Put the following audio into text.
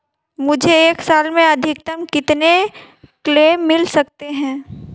मुझे एक साल में अधिकतम कितने क्लेम मिल सकते हैं?